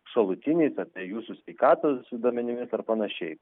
šalutiniais ar tai jūsų sveikatos duomenimis ar panašiai